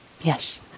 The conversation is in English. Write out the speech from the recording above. Yes